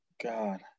God